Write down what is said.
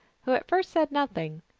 who at first said nothing,